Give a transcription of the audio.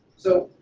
so,